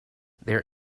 their